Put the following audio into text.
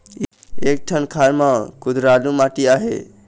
एक ठन खार म कुधरालू माटी आहे?